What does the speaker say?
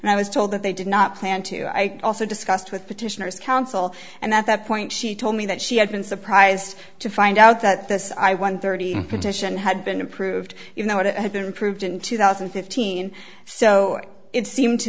and i was told that they did not plan to i also discussed with petitioners counsel and at that point she told me that she had been surprised to find out that this i one thirty petition had been approved you know what it had been proved in two thousand and fifteen so it seemed to